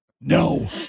No